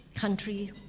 country